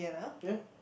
ya